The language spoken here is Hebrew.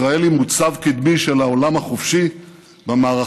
ישראל היא מוצב קדמי של העולם החופשי במערכה